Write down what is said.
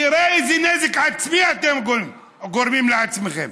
תראו איזה נזק עצמי אתם גורמים, לעצמכם.